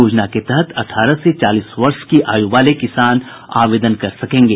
योजना के तहत अठारह से चालीस वर्ष की आयु वाले किसान आवेदन कर सकेंगे